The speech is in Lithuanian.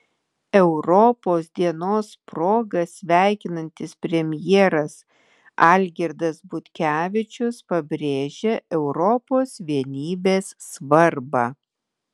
europos dienos proga sveikinantis premjeras algirdas butkevičius pabrėžia europos vienybės svarbą